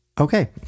Okay